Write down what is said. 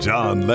John